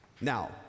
Now